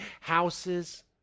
houses